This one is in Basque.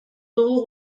dugu